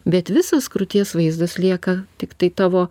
bet visas krūties vaizdas lieka tiktai tavo